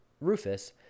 Rufus